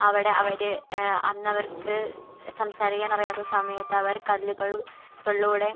അവിടെ അവർ അന്ന് അവർക്ക് സംസാരിക്കാൻ അറിയാത്ത സമയത്ത് അവർ കല്ലുകൾ കളൂടെ